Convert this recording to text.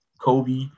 Kobe